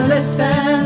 Listen